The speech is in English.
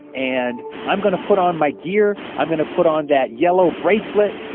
and i'm going to put on my gear. i'm going to put on that yellow bracelet.